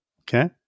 Okay